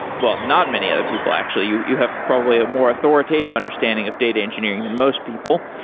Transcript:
but not many other people actually. you you have probably a more authoritative understanding of data engineering than most people.